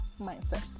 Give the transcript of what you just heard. mindset